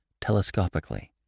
telescopically